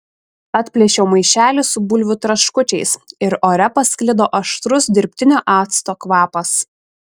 atplėšiau maišelį su bulvių traškučiais ir ore pasklido aštrus dirbtinio acto kvapas